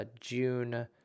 June